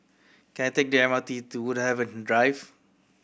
can I take the M R T to Woodhaven Drive